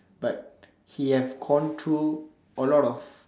but he have gone through a lot of